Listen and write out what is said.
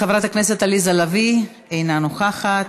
חברת הכנסת עליזה לביא, אינה נוכחת,